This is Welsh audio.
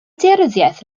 daearyddiaeth